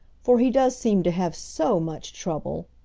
for he does seem to have so much trouble.